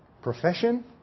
Profession